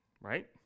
right